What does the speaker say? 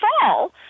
fall